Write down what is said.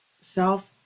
self